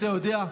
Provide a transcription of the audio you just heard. אתה יודע,